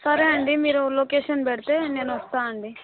సరే అండి మీరు లొకేషన్ పెడితే నేను వస్తాను అండి